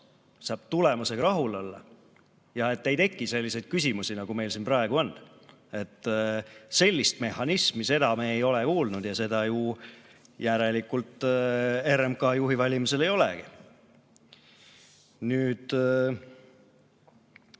saab tulemusega rahul olla ja et ei teki selliseid küsimusi, nagu meil siin praegu on. Sellist mehhanismi me ei ole kuulnud ja seda ju järelikult RMK juhi valimisel ei olegi. Mis